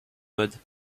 mode